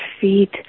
feet